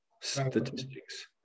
statistics